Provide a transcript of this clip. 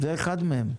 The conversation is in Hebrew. זה אחד מהם.